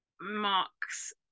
Mark's